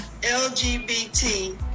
LGBT